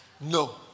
No